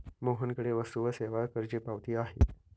मोहनकडे वस्तू व सेवा करची पावती आहे